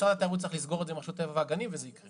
משרד התיירות צריך לסגור את זה עם רשות הטבע והגנים וזה יקרה.